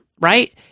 right